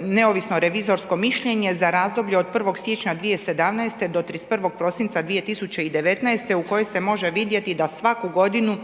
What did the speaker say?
neovisno revizorsko mišljenje za razdoblje od 1. siječnja 2017. do 31. prosinca 2019. u kojoj se može vidjeti da svaku godinu